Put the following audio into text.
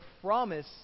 promise